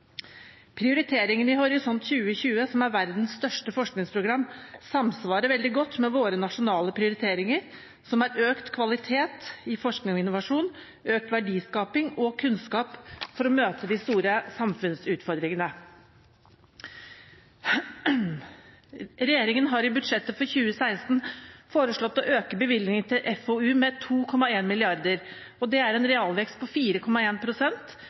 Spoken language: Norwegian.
Prioriteringene i Horisont 2020, som er verdens største forskningsprogram, samsvarer veldig godt med våre nasjonale prioriteringer, som er økt kvalitet i forskning og innovasjon, økt verdiskaping og økt kunnskap for å møte de store samfunnsutfordringene. Regjeringen har i budsjettet for 2016 foreslått å øke bevilgningene til forskning og utvikling med 2,1 mrd. kr. Det er en realvekst på 4,1 pst., og EU-samarbeid er en